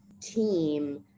team